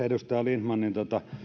edustaja lindtmanin